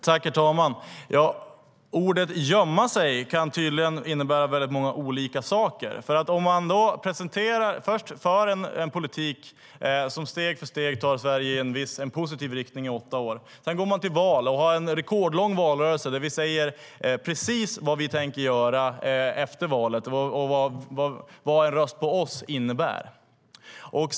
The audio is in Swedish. Herr talman! Orden "gömma sig" kan tydligen innebära väldigt många olika saker. Först för vi en politik som steg för steg tar Sverige i positiv riktning i åtta år. Sedan går vi till val och har en rekordlång valrörelse där vi säger precis vad vi tänker göra efter valet och vad en röst på oss innebär.